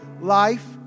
life